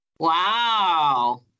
Wow